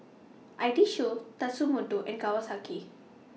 I T Show Tatsumoto and Kawasaki